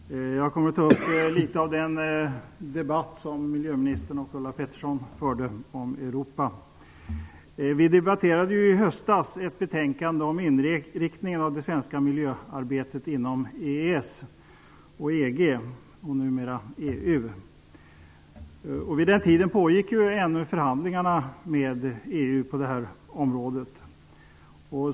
Herr talman! Jag kommer att något beröra den debatt som miljöministern och Ulla Pettersson förde om Europa. I höstas debatterade vi ett betänkande om inriktningen av det svenska miljöarbetet inom EES och EG, numera EU. Vid den tidpunkten pågick ännu förhandlingarna med EU på det här området.